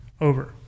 over